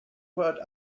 word